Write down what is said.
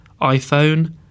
iPhone